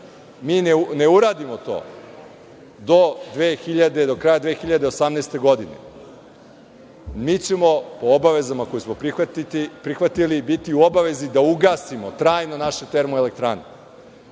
mi ne uradimo to, do kraja 2018. godine mi ćemo obavezama koje ćemo prihvatiti biti u obavezi da ugasimo trajno naše termoelektrane.